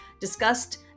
discussed